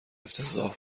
افتضاح